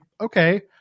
okay